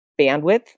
bandwidth